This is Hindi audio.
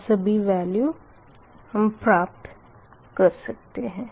यह सभी वेल्यू प्राप्त कर सकते है